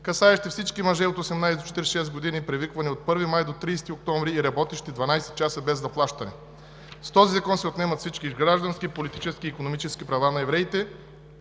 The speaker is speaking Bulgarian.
касаещи всички мъже от 18 до 46 години, привиквани от 1 май до 30 октомври и работещи 12 часа без заплащане. С този закон се отнемат всички граждански, политически и икономически права на евреите